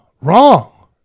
wrong